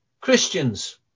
Christians